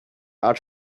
art